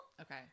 Okay